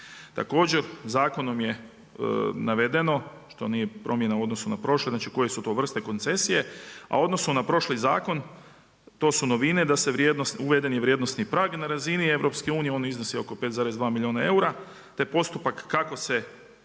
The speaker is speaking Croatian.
Također zakonom je navedeno što nije promjena u odnosu na prošli, znači koje su to vrste koncesije, a odnosu na prošli zakon, to su novine da se vrijednost, uveden je vrijednosni prag na razini EU-a, on iznosi oko 5,2 milijuna eura, te postupak kako se